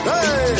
Hey